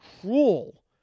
cruel